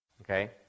okay